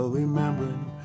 remembering